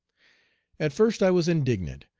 at first i was indignant,